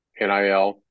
NIL